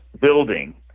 building